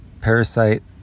parasite